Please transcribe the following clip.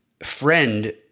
friend